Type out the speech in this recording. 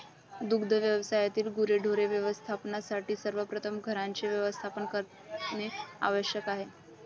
दुग्ध व्यवसायातील गुरेढोरे व्यवस्थापनासाठी सर्वप्रथम घरांचे व्यवस्थापन करणे आवश्यक आहे